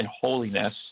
holiness